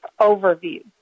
overview